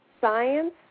science